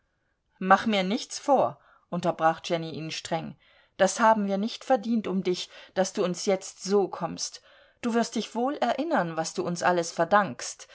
mach mir nichts vor unterbrach jenny ihn streng das haben wir nicht verdient um dich daß du uns jetzt so kommst du wirst dich wohl erinnern was du uns alles verdankst